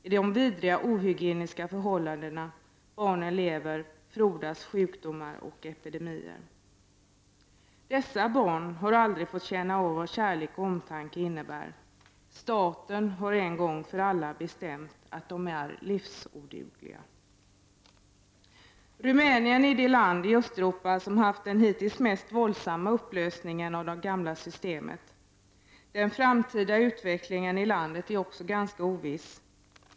I de vidriga, ohygieniska förhållandena som barnen lever under frodas sjukdomar och epidemier. Dessa barn har aldrig fått känna vad kärlek och omtanke innebär. Staten har en gång för alla bestämt att de är livsodugliga. Rumänien är det land i Östeuropa som haft den hittills mest våldsamma upplösningen av det gamla systemet. Den framtida utvecklingen i landet är också ganska oviss.